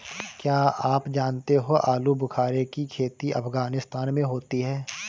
क्या आप जानते हो आलूबुखारे की खेती अफगानिस्तान में होती है